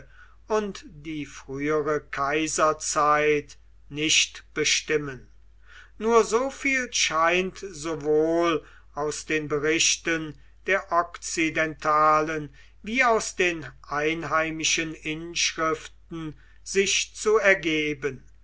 und die frühere kaiserzeit nicht bestimmen nur so viel scheint sowohl aus den berichten der okzidentalen wie aus den einheimischen inschriften sich zu ergeben